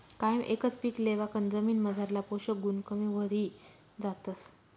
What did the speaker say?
कायम एकच पीक लेवाकन जमीनमझारला पोषक गुण कमी व्हयी जातस